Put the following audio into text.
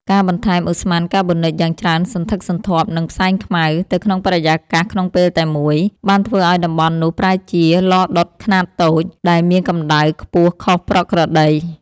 ការបន្ថែមឧស្ម័នកាបូនិចយ៉ាងច្រើនសន្ធឹកសន្ធាប់ និងផ្សែងខ្មៅ ទៅក្នុងបរិយាកាសក្នុងពេលតែមួយ បានធ្វើឱ្យតំបន់នោះប្រែជា ឡដុតខ្នាតតូច ដែលមានកម្ដៅខ្ពស់ខុសប្រក្រតី។